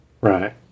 right